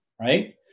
right